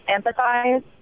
empathize